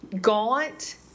gaunt